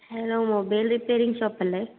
hello mobile repairing shop അല്ലേ